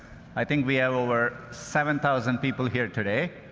i think we have over seven thousand people here today.